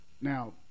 Now